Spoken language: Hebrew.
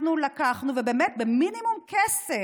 אנחנו לקחנו, ובאמת במינימום כסף,